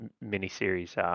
mini-series